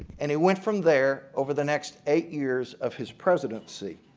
and he went from there over the next eight years of his presidency.